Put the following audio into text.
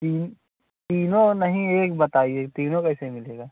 तीन तीनों नहीं एक बताइए तीनों कैसे मिलेगा